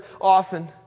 often